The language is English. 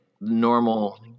normal